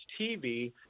TV